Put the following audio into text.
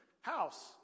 house